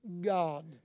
God